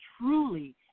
truly